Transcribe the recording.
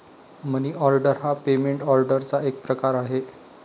मनी order हा payment ऑर्डरचा एक प्रकार आहे